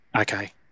okay